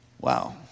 Wow